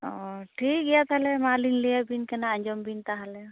ᱚ ᱴᱷᱤᱠ ᱜᱮᱭᱟ ᱛᱟᱦᱚᱞᱮ ᱢᱟ ᱞᱤᱧ ᱞᱟᱹᱭᱟᱵᱤᱱ ᱠᱟᱱᱟ ᱟᱸᱡᱚᱢ ᱵᱤᱱ ᱛᱟᱦᱚᱞᱮ